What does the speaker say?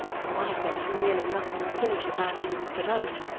on one occasion nearly knocking silly the man who was below.